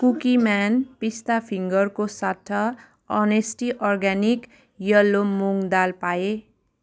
Cookieman पिस्ता फिङ्गर्सको सट्टा honesty organic yellow moong dal पाएँ